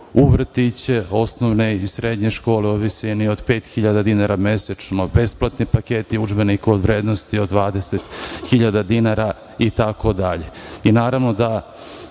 u vrtiće, osnovne i srednje škole u visini od 5.000 dinara mesečno, besplatni paketi udžbenika u vrednosti od 20.000 dinara